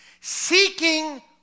seeking